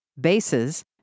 bases